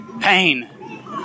Pain